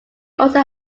also